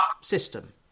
system